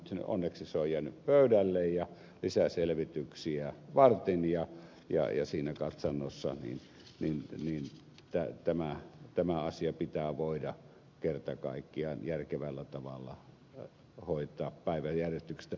onneksi se on jäänyt pöydälle ja lisäselvityksiä varten ja siinä katsannossa tämä asia pitää voida kerta kaikkiaan järkevällä tavalla hoitaa päiväjärjestyksestä